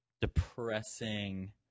depressing